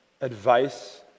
advice